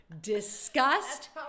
Disgust